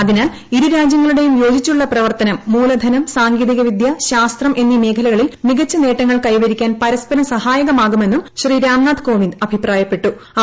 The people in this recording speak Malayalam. അതിനാൽ ഇരു രാജ്യങ്ങളുടെയും യോജിച്ചുള്ള പ്രവർത്തനം മൂലധനം സാങ്കേതികവിദ്യ ശ്രീസ്ത്രം എന്നീ മേഖലകളിൽ മികച്ച നേട്ടങ്ങൾ കൈവരിക്കാൻ പുരസ്പ്പർം സഹായകമാകുമെന്നും ശ്രീരാംനാഥ് കോവിന്ദ് അഭിപ്രായ്ക്പ്പെട്ടു്